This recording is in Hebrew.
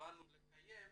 התכוונו לקיים.